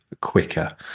quicker